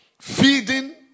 Feeding